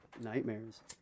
Nightmares